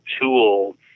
tool